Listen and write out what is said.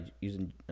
using